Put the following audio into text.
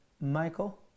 Michael